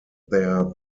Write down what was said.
their